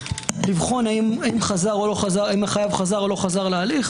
מלבחון האם החייב חזר או לא חזר להליך,